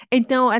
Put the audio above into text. Então